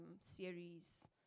series